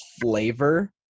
flavor